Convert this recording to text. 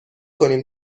کنیم